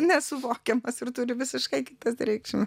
nesuvokiamas ir turi visiškai kitas reikšme